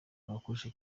babakoresha